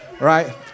right